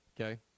Okay